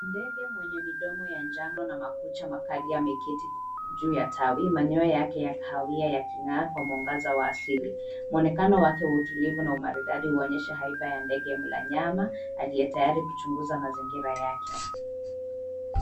Ndege mwenye midomo ya njano na makucha makali ameketi juu ya tawi, manyoya yake ya kahawia yaking'aa kwa mwangaza wa asili. Muonekano wake wa utulivu na umaridadi huonyesha haiba ya ndege mla nyama aliyetayari kuchunguza mazingira yake.